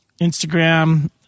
Instagram